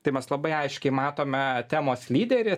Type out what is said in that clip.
tai mes labai aiškiai matome temos lyderį